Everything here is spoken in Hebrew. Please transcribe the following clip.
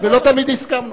ולא תמיד הסכמנו.